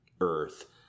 Earth